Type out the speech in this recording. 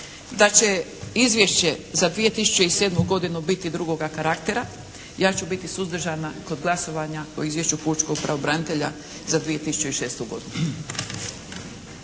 da će Izvješće za 2007. godinu biti drugoga karaktera, ja ću biti suzdržana kod glasovanja o Izvješću pučkog pravobranitelja za 2006. godinu.